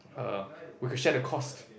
err we can share the cost